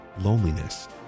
loneliness